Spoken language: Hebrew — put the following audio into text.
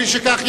כן.